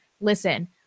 listen